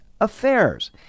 affairs